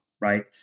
Right